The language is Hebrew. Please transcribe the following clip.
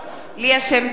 שמטוב,